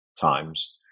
times